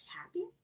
happy